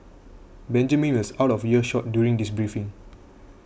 Benjamin was out of earshot during this briefing